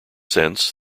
sense